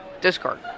discard